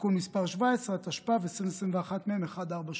(תיקון מס' 17), התשפ"ב 2021, מ/1482.